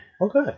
Okay